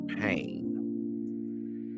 pain